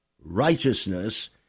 righteousness